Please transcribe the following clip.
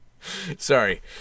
Sorry